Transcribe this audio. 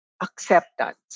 acceptance